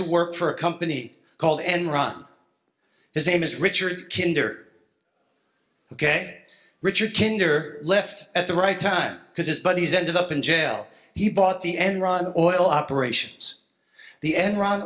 to work for a company called enron his name is richard kinda ok richard tkinter left at the right time because his buddies ended up in jail he bought the enron oil operations the enron